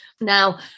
Now